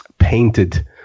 painted